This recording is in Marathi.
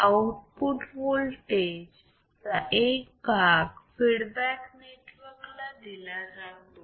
आउटपुट वोल्टेज चा एक भाग फीडबॅक नेटवर्क ला दिला जातो